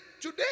Today